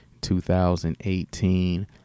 2018